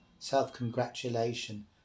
self-congratulation